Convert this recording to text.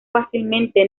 fácilmente